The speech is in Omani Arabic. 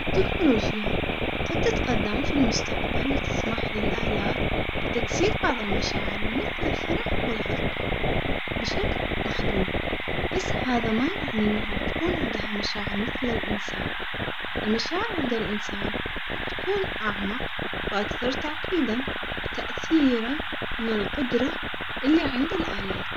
التكنولوجيا قد تتقدم في المستقبل لتسمح للآلات بتجسيد بعض المشاعر، مثل الفرح والحزن بشكل محدود، بس هذا ما يعني إنها بتكون عندها مشاعر مثل الإنسان، المشاعر عند الإنسان بتكون أعمق وأكثر تعقيدا.